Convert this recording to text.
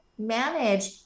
manage